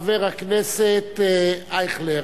חבר הכנסת אייכלר.